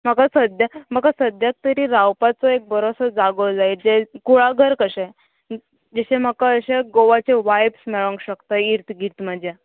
म्हाका सद्द्या म्हाका सद्याक तरी रावपाचो एक बरोसो जागो जाय जे कुळागर कशे जशे म्हाका अशे गोवाचे वायब्स मेळोंक शकता इर्त गिर्द मजा